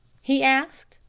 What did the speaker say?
he asked.